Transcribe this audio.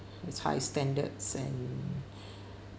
it's high standards and